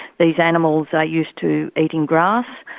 these animals are used to eating grass,